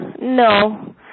No